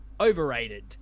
overrated